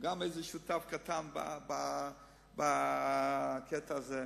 גם הוא איזה שותף קטן בקטע הזה.